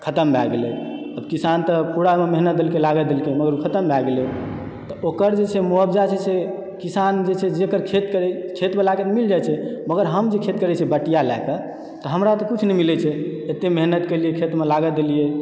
खतम भए गेलय आब किसान तऽ पूरा ओहिमे मेहनत दलकै लागत दलकै मगर ओ खतम भए गेलय तऽ ओकर जे छै मुआवजा जे छै किसान जे छै जकर खेत करै छै खेतबलाके मिल जाइ छै मगर हम जे खेत करै छियै बटिया लेकऽ तऽ हमरा तऽ कुछ नहि मिलैत छै एतय मेहनत केलियै खेतमे लागत देलियै